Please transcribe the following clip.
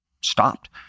stopped